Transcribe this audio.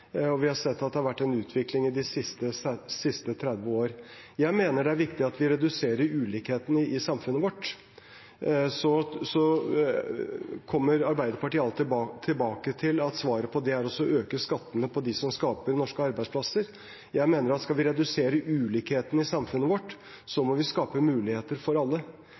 og vi har sett at det har vært en utvikling de siste 30 årene. Jeg mener det er viktig at vi reduserer ulikhetene i samfunnet vårt. Arbeiderpartiet kommer alltid tilbake til at svaret på det er å øke skattene for dem som skaper norske arbeidsplasser. Skal vi redusere ulikheten i samfunnet vårt, mener jeg vi må skape muligheter for alle.